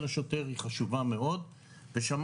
ודקה לפני שאני נותנת גם לחה"כ לדבר,